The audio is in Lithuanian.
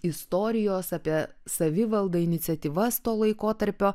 istorijos apie savivaldą iniciatyvas to laikotarpio